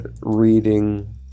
reading